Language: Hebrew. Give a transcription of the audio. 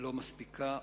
לא מספיקה,